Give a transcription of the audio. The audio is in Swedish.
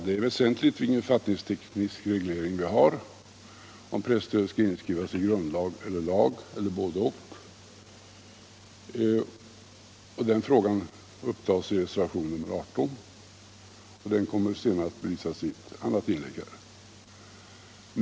Det är väsentligt vilken författningsteknisk reglering vi har — om presstödet skall inskrivas i grundlag eller i vanlig lag eller både-och. Den frågan tas upp i reservationen 18 och kommer att belysas i ett annat inlägg här.